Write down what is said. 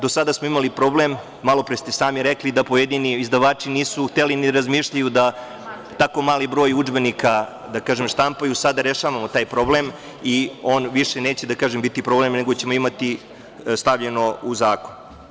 Do sada smo imali problem, malopre ste i sami rekli, da pojedini izdavači nisu hteli ni da razmišljaju da tako mali broj udžbenika štampaju, sada rešavamo taj problem i on više neće biti problem, nego ćemo imati stavljeno u zakon.